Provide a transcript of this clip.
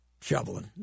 shoveling